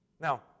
Now